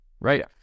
Right